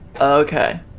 Okay